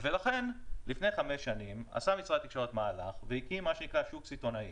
לכן לפני חמש שנים עשה משרד התקשורת מהלך והקים מה שנקרא שוק סיטונאי